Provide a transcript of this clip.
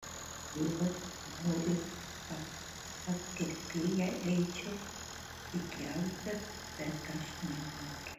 tėvas nori kad pas kirpėją eičiau pigiausia bet aš nenoriu